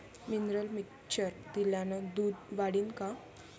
Mineral mixture दिल्यानं दूध वाढीनं का?